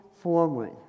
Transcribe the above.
forward